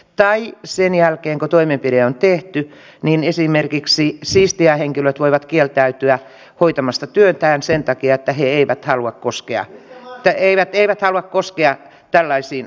tai sen jälkeen kun toimenpide on tehty esimerkiksi siistijähenkilöt voivat kieltäytyä hoitamasta työtään sen takia että he eivät halua koskea tällaisiin asioihin